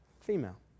female